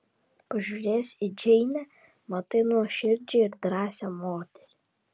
pažiūrėjęs į džeinę matai nuoširdžią ir drąsią moterį